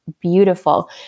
beautiful